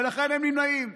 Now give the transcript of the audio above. ולכן הם נמנעים,